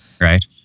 Right